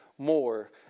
More